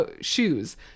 shoes